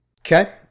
Okay